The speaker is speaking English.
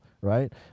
right